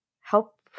help